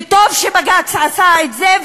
טוב שבג"ץ עשה את זה,